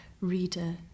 reader